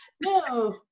No